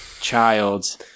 child